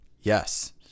Yes